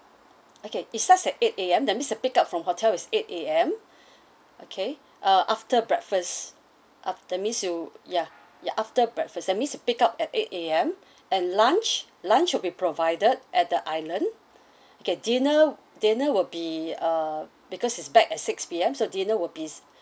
okay it starts at eight A_M that means the pick up from hotel is eight A_M okay uh after breakfast uh that means you ya ya after breakfast that means pick up at eight A_M and lunch lunch will be provided at the island okay dinner dinner will be err because it's back at six P_M so dinner would be